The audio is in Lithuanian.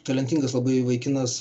talentingas labai vaikinas